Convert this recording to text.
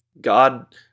God